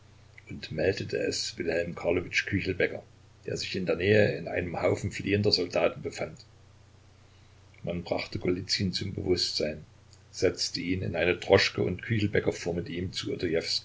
und meldete es wilhelm karlowitsch küchelbäcker der sich in der nähe in einem haufen fliehender soldaten befand man brachte golizyn zum bewußtsein setzte ihn in eine droschke und küchelbäcker fuhr mit ihm zu